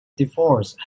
divorce